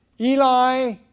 Eli